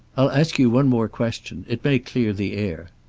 i'll ask you one more question. it may clear the air.